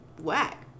whack